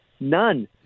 None